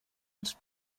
els